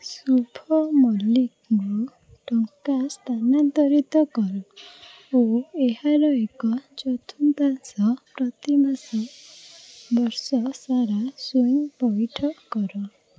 ଶୁଭ ମଲ୍ଲିକଙ୍କୁ ଟଙ୍କା ସ୍ଥାନାନ୍ତରିତ କର ଓ ଏହାର ଏକ ଚତୁର୍ଥାଂଶ ପ୍ରତିମାସ ବର୍ଷ ସାରା ସ୍ଵୟଂ ପଇଠ କର